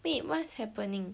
wait what's happening